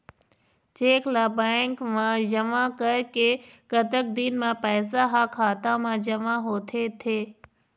Cheque ला bank मा जमा करे के कतक दिन मा पैसा हा खाता मा जमा होथे थे?